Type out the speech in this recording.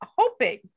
hoping